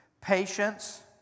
patience